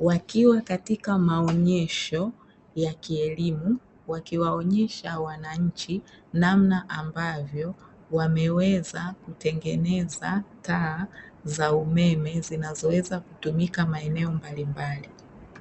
wakiwa katika maonyesho, ya kielimu, wakiwaonyesha wananchi, namna ambavyo wameweza kutengeneza taa za umeme, zinazoweza kutumika maeneo mbalimbali.